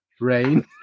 rain